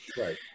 Right